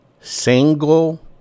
single